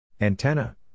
Antenna